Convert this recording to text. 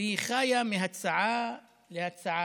והיא חיה מהצעה להצעה,